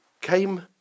came